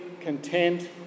content